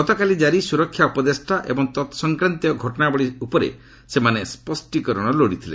ଗତକାଲି ଜାରି ସୁରକ୍ଷା ଉପଦେଷ୍ଟା ଏବଂ ତତ୍ସଂକ୍ରାନ୍ତୀୟ ଘଟଣାବଳୀ ଉପରେ ସେମାନେ ସ୍ୱଷ୍ଟୀକରଣ ଲୋଡ଼ିଥିଲେ